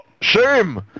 shame